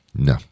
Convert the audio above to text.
No